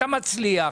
אתה מצליח,